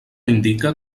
indica